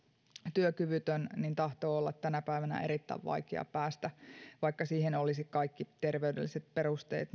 työkyvytön niin tahtoo olla tänä päivänä erittäin vaikeaa päästä eläkkeelle vaikka siihen olisi kaikki terveydelliset perusteet